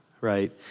right